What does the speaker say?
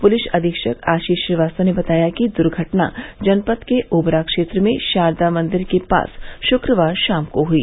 police अधीक्षक आशीष श्रीवास्तव ने बताया कि दुर्घटना जनपद के ओबरा क्षेत्र में शारदा मंदिर के पास शुक्रवार शाम को हई